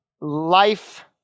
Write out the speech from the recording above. Life